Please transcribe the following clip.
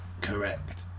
Correct